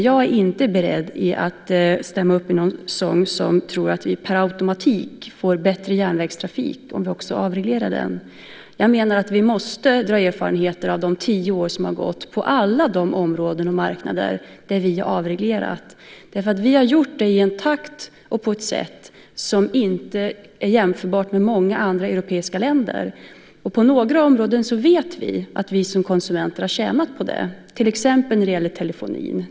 Jag är inte beredd att stämma upp någon sång om att vi per automatik förbättrar järnvägstrafiken genom att avreglera den. Jag menar att vi måste dra erfarenheter av de tio år som har gått på alla de områden och marknader som vi har avreglerat. Vi har gjort det i en takt och på ett sätt som inte kan jämföras med vad som skett i många andra europeiska länder. Vi vet att vi som konsumenter på några områden har tjänat på detta. Det gäller till exempel beträffande telefonin.